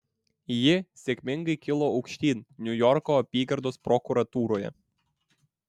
ji sėkmingai kilo aukštyn niujorko apygardos prokuratūroje